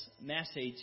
message